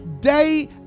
day